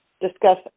discuss